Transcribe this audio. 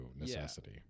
necessity